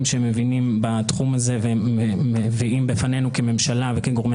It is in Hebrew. שמבינים בתחום הזה ומביאים בפנינו כממשלה וכגורמי